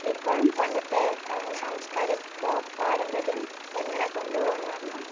എപ്പോഴും പണ്ടത്തെ സാംസ്കാരിക പാരമ്പര്യം എങ്ങനെയാണ് കൊണ്ടു പോവുക എന്ന് പറഞ്ഞാൽ